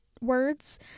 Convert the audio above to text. words